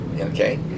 okay